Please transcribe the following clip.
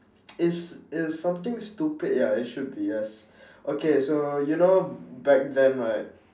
it's it is something stupid ya it should be yes okay so you know back then right